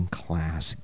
class